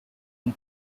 and